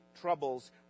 troubles